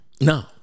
No